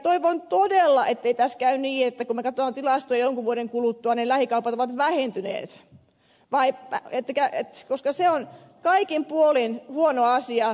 toivon todella ettei tässä käy niin että kun me katsomme tilastoja jonkin vuoden kuluttua niin lähikaupat ovat vähentyneet koska se on kaikin puolin huono asia